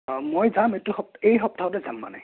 মই যাম এইটো এই সপ্তাহতে যাম মানে